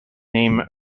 name